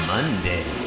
Monday